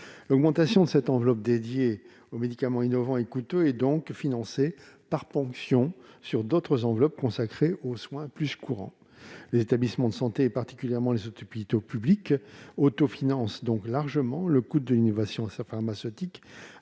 L'augmentation de cette enveloppe dédiée aux médicaments innovants et coûteux est donc financée par ponction d'autres enveloppes consacrées aux soins plus courants. Les établissements de santé, en particulier les hôpitaux publics, autofinancent largement le coût de l'innovation pharmaceutique,